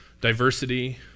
diversity